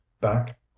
back